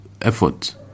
effort